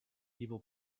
evil